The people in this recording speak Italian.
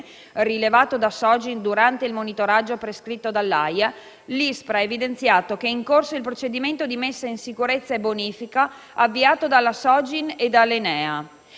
rilevato da Sogin durante il monitoraggio prescritto dall'AIA, l'ISPRA ha evidenziato che è in corso il procedimento di messa in sicurezza e bonifica, avviato dalla Sogin e dall'ENEA.